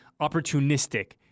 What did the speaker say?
opportunistic